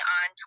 on